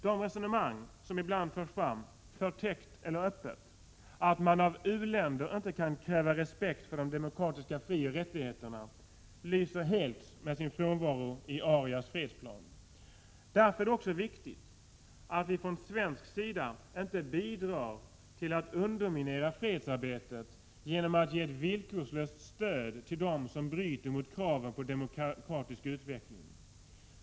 Det resonemang som ibland förs fram förtäckt eller öppet att man av u-länder inte kan kräva respekt för de demokratiska frioch rättigheterna lyser helt med sin frånvaro i Arias fredsplan. Därför är det också viktigt att vi från svensk sida inte bidrar till att underminera fredsarbetet genom att ge ett villkorslöst stöd till dem som bryter mot kraven på demokratisk utveckling.